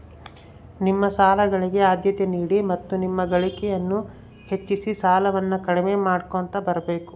ನಿಮ್ಮ ಸಾಲಗಳಿಗೆ ಆದ್ಯತೆ ನೀಡಿ ಮತ್ತು ನಿಮ್ಮ ಗಳಿಕೆಯನ್ನು ಹೆಚ್ಚಿಸಿ ಸಾಲವನ್ನ ಕಡಿಮೆ ಮಾಡ್ಕೊಂತ ಬರಬೇಕು